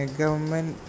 government